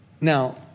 Now